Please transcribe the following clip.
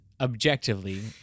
objectively